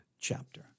chapter